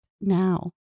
now